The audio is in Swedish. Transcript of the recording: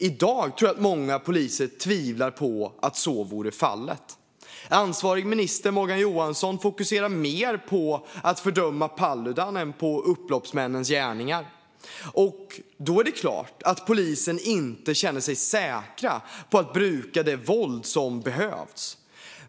I dag tror jag att många poliser tvivlar på att så är fallet. Ansvarig minister Morgan Johansson fokuserar mer på att fördöma Paludan än på upploppsmännens gärningar. Då är det klart att polisen inte känner sig säker när det gäller att bruka det våld som behövs.